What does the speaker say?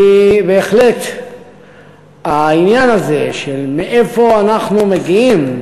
אני רוצה לומר כי בהחלט העניין הזה של מאיפה אנחנו מגיעים